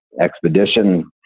expedition